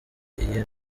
iyihe